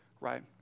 right